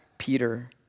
Peter